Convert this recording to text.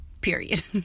period